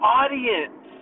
audience